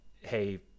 hey